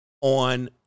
on